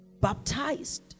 Baptized